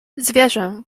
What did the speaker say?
zwierzę